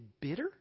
bitter